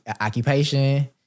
occupation